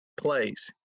plays